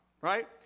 right